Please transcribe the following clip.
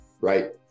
right